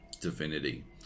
Divinity